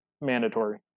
mandatory